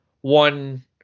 one